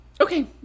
Okay